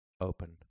open